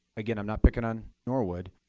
again, i'm not picking on norwood.